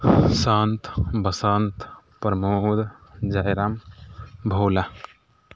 Hasant Basant Pramod Jairam Bhola